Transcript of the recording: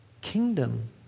kingdom